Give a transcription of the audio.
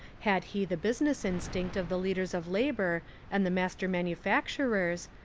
had he the business instinct of the lead ers of labour and the master manufacturers,